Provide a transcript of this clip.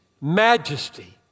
majesty